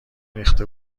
ریخته